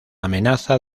amenaza